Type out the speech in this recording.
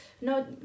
no